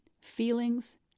feelings